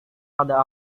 pada